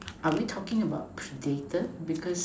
are we talking about predator because